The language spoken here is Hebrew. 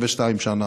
42 שנה: